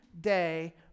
day